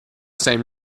same